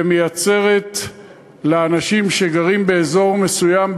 ומייצרת לאנשים שגרים באזור מסוים,